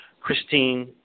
Christine